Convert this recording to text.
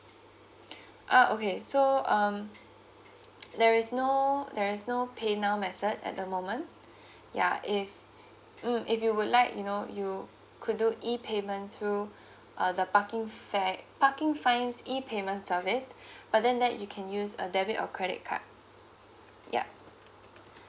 uh okay so um there is no there is no paynow method at the moment ya if mm if you would like you know you could do E payment through uh the parking fare~ parking fines E payment service but then that you can use a debit or credit card yup